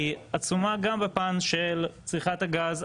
היא עצומה גם בפן של צריכת הגז,